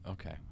Okay